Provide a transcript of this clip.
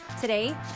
Today